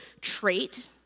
trait